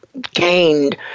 gained